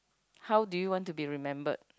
how do you want to be remembered